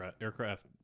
aircraft